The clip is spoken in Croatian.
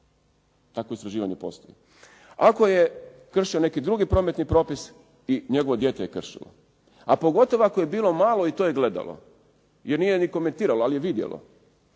Takvo istraživanje postoji. Ako je kršio neki drugi prometni propis i njegovo dijete je kršilo, a pogotovo ako je bilo malo i to je gledalo jer nije ni komentiralo ali je vidjelo.